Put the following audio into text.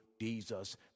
Jesus